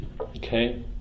Okay